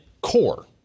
Core